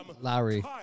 Lowry